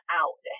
out